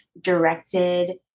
directed